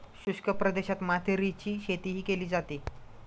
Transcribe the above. शुष्क प्रदेशात मातीरीची शेतीही केली जाते